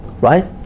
right